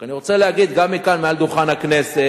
רק אני רוצה להגיד גם מכאן, מעל דוכן הכנסת,